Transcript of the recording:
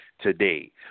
today